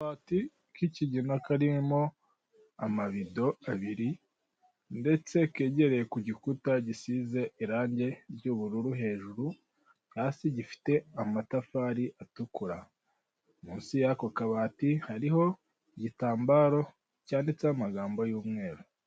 Akabati k'ikigina karimo amabido abiri ndetse kegereye ku gikuta gisize irange ry'ubururu hejuru, hasi gifite amatafari atukura .Munsi yako kabati hariho igitambaro cyanditseho amagambo y'umweru.